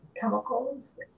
chemicals